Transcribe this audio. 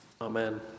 Amen